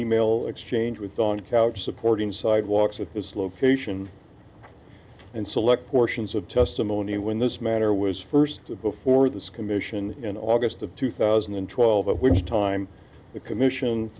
e mail exchange with on couch supporting sidewalks at this location and select portions of testimony when this matter was first before this commission in august of two thousand and twelve at which time the commission